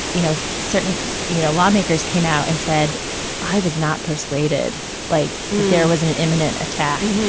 you know, certain you know lawmakers came out and said i was not persuaded like there was an imminent attack.